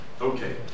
Okay